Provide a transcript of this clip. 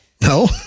No